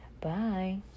Bye